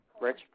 Rich